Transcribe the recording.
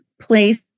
place